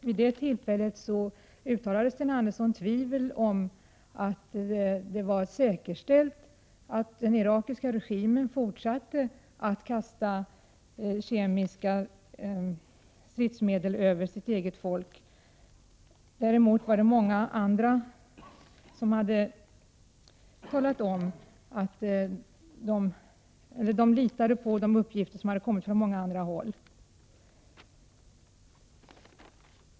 Vid det tillfället uttalade Sten Andersson tvivel om att den irakiska regimen fortsatte att använda kemiska stridsmedel mot sitt eget folk. Däremot litade många andra på de uppgifter som hade kommit från fler håll.